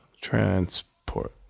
transport